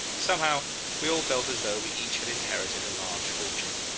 somehow we all felt as though we each had inherited a large fortune.